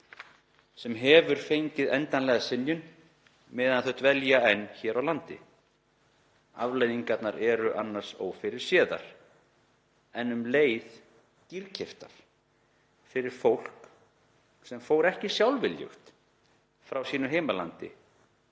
sem hefur fengið endanlega synjun meðan þau dvelja enn hér á landi. Afleiðingarnar eru annars ófyrirséðar en um leið dýrkeyptar fyrir fólk sem fór ekki sjálfviljugt frá sínu heimalandi,